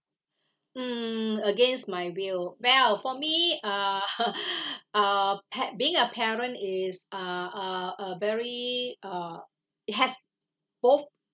mm against my will well for me uh uh pa~ being a parent is uh a a very uh it has both